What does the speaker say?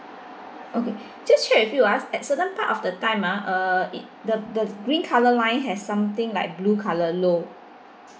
okay just share with you ah at certain part of the time ah uh it the the green colour line has something like blue colour low